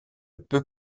peu